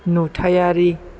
नुथायारि